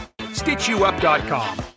StitchYouUp.com